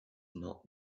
not